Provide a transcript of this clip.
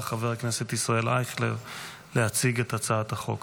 חבר הכנסת ישראל אייכלר להציג את הצעת החוק.